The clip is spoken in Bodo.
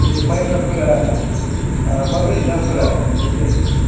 बे माइब्राफोरा माबायदि दामफोरा नोंसिनिथिं